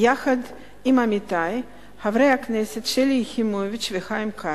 יחד עם עמיתי חברי הכנסת שלי יחימוביץ וחיים כץ.